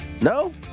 No